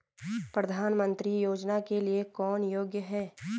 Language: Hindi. प्रधानमंत्री योजना के लिए कौन योग्य है?